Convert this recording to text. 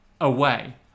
away